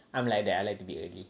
I'm like that I like to be early